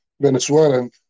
Venezuelan